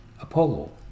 Apollo